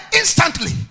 instantly